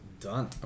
Done